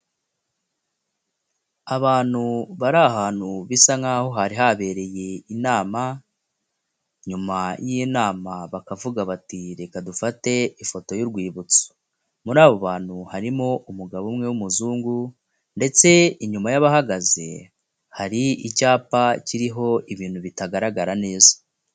Abantu bari ahantu bisa nkaho hari habereye inama, nyuma y'inama bakavuga bati reka dufate ifoto y'urwibutso, muri abo bantu harimo umugabo umwe w'umuzungu ndetse inyuma y'abahagaze hari icyapa kiriho ibintu bitagaragara neza.